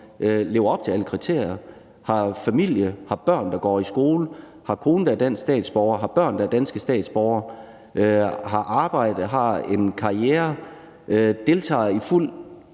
lever op til alle kriterier, har familie, har børn, der går i skole, har kone, der er dansk statsborger, har børn, der er danske statsborgere, har arbejde, har en karriere, deltager på